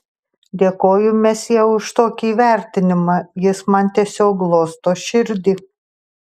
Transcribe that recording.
dėkoju mesjė už tokį įvertinimą jis man tiesiog glosto širdį